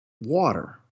water